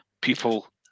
people